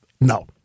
no